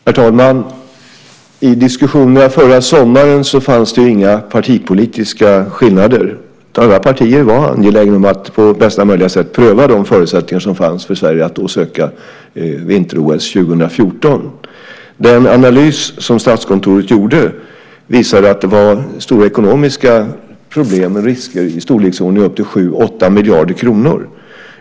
Herr talman! I diskussionerna förra sommaren fanns det inga partipolitiska skillnader. Alla partier var angelägna om att på bästa möjliga sätt pröva de förutsättningar som fanns för Sverige att söka vinter-OS 2014. Den analys som Statskontoret gjorde visade att det var stora ekonomiska problem med risker i storleksordningen upp till 7-8 miljarder kronor.